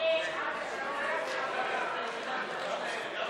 חינם לפעוטות ולילדים),